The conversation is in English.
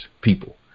people